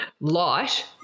light